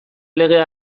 legea